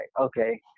okay